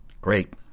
Great